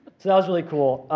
so that was really cool.